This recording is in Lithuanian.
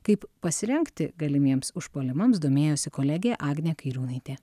kaip pasirengti galimiems užpuolimams domėjosi kolegė agnė kairiūnaitė